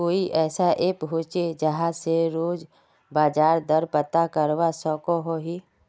कोई ऐसा ऐप होचे जहा से रोज बाजार दर पता करवा सकोहो ही?